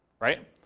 right